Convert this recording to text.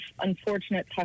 unfortunate